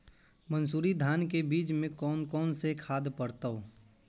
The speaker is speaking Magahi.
मंसूरी धान के बीज में कौन कौन से खाद पड़तै?